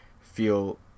feel